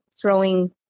throwing